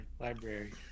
library